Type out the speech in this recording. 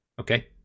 Okay